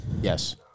Yes